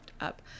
up